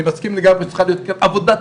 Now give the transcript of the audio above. אני מסכים לגמרי שצריכה להיות כאן עבודת